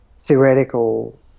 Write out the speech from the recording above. theoretical